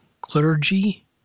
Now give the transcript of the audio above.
clergy